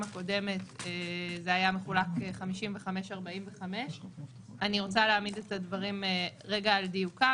הקודמת זה היה מחולק 55-45. אני רוצה להעמיד את הדברים רגע על דיוקם.